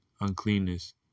uncleanness